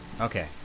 Okay